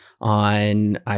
on